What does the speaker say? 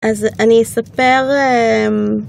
אז אני אספר